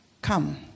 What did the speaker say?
Come